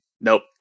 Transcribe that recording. Nope